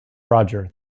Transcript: roger